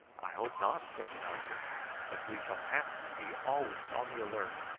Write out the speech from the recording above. i hope not, said the doctor but we shall have to be always on the alert,